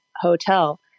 Hotel